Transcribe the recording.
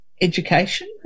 education